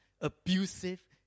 abusive